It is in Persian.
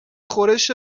خورش